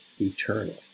eternal